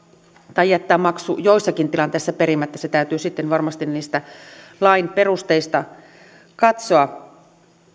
tai jättää maksu joissakin tilanteissa perimättä täytyy sitten varmasti niistä lain perusteista katsoa